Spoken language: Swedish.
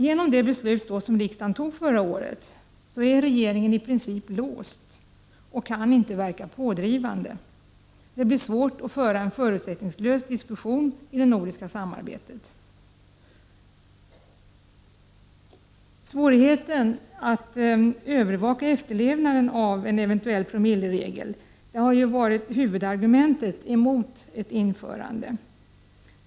Genom det beslut som riksdagen fattade förra året är regeringen i princip låst och kan inte verka pådrivande. Det blir svårt att föra en förutsättningslös diskussion inom det nordiska samarbetet. Svårigheten att övervaka efterlevnaden av eventuella promilleregler har varit huvudargumentet emot ett införande av sådana.